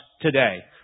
today